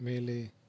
மேலே